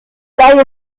leihe